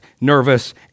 nervous